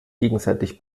gegenseitig